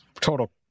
total